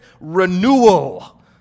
renewal